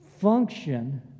function